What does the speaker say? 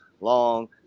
long